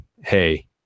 Hey